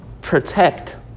protect